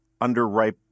underripe